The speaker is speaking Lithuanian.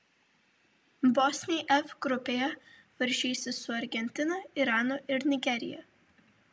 bosniai f grupėje varžysis su argentina iranu ir nigerija